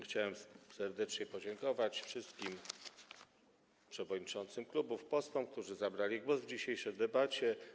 Chciałem serdecznie podziękować wszystkim, przewodniczącym klubów, posłom, którzy zabrali głos w dzisiejszej debacie.